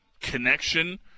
connection